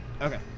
Okay